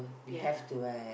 ya